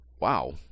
Wow